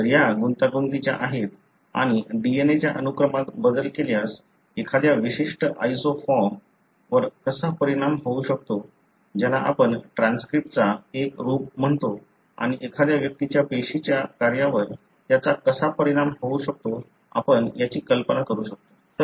तर या गुंतागुंतीच्या आहेत आणि DNA च्या अनुक्रमात बदल केल्यास एखाद्या विशिष्ट आयसोफॉर्म वर कसा परिणाम होऊ शकतो ज्याला आपण ट्रान्सक्रिप्टचा एक रूप म्हणतो आणि एखाद्या व्यक्तीच्या पेशीच्या कार्यावर त्याचा कसा परिणाम होऊ शकतो आपण याची कल्पना करू शकतो